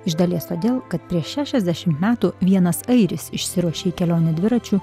iš dalies todėl kad prieš šešiasdešimt metų vienas airis išsiruošė į kelionę dviračiu